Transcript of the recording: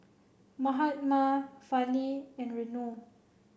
Mahatma Fali and Renu